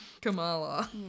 Kamala